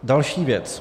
Další věc.